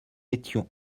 étions